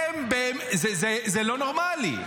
זה לא נורמלי.